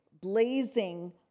blazing